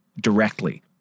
directly